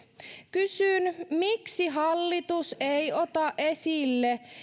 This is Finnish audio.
kysyn miksi hallitus ei ota esille